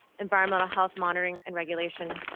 environmental health monitoring and regulation,